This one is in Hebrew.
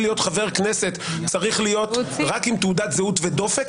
להיות חבר כנסת צריך להיות רק עם תעודת זהות ודופק.